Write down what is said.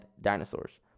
dinosaurs